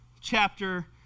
chapter